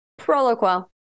proloquo